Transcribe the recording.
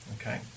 okay